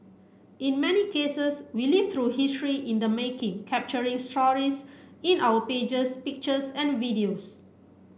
in many cases we live through history in the making capturing stories in our pages pictures and videos